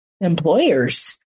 employers